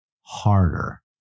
harder